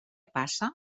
passa